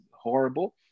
horrible